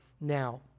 now